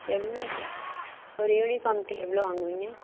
எவ்வளோ ஒரு யூனிஃபார்முக்கு எவ்வளோ வாங்குவீங்க